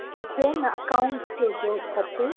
मूंखे आहे न अकाऊंट्स जो जॉब खपे